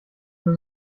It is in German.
wenn